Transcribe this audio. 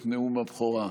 את נאום הבכורה.